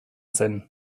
zen